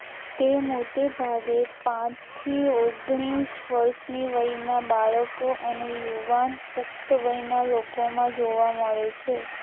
તે મોટે ભાગે પાંચથી ઓગણીસ વર્ષની વયનાં બાળકો અને યુવાન પુખ્ત વયનાં લોકોમાં જોવા મળે છે